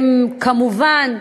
כמובן,